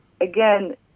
again